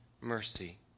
mercy